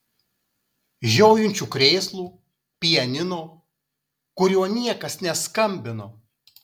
žiojinčių krėslų pianino kuriuo niekas neskambino